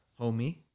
Homie